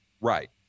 Right